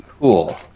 cool